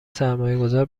سرمایهگذار